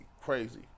crazy